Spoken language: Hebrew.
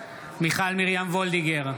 מיכל מרים וולדיגר,